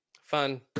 Fun